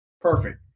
perfect